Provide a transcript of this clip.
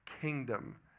kingdom